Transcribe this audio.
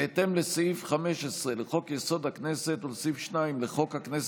בהתאם לסעיף 15 לחוק-יסוד: הכנסת ולסעיף 2 לחוק הכנסת,